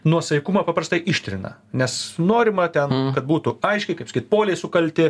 nuosaikumą paprastai ištrina nes norima ten kad būtų aiškiai kaip sakyt poliai sukalti